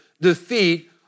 defeat